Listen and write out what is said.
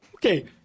Okay